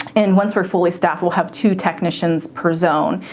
and once we're fully staffed we'll have two technicians per zone,